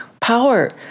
power